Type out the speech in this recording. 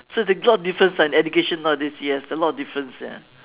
so they got a lot of difference on education nowadays yes a lot of difference ya